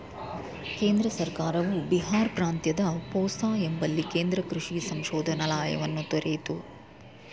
ಕೇಂದ್ರ ಸರ್ಕಾರವು ಬಿಹಾರ್ ಪ್ರಾಂತ್ಯದ ಪೂಸಾ ಎಂಬಲ್ಲಿ ಕೇಂದ್ರ ಕೃಷಿ ಸಂಶೋಧನಾಲಯವನ್ನ ತೆರಿತು